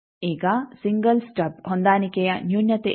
ಈಗ single stub ಹೊಂದಾಣಿಕೆಯ ನ್ಯೂನತೆ ಏನು